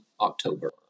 October